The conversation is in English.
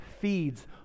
feeds